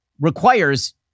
requires